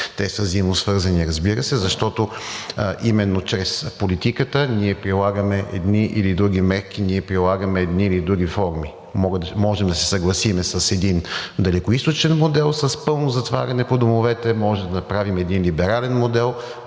Те са взаимносвързани, разбира се, защото именно чрез политиката ние прилагаме едни или други мерки, ние прилагаме едни или други форми. Можем да се съгласим с един далекоизточен модел с пълно затваряне по домовете, може да направим един либерален модел,